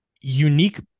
unique